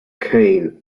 kane